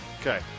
Okay